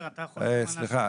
נכון.